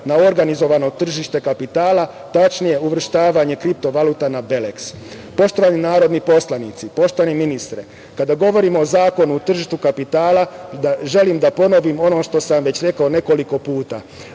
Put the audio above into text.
na organizovano tržište kapitala, tačnije uvrštavanje kripto valuta na BELEKS.Poštovani narodni poslanici, poštovani ministre, kada govorim o Zakonu o tržištu kapitala želim da ponovim ono što sam već rekao nekoliko puta.